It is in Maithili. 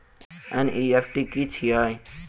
एन.ई.एफ.टी की छीयै?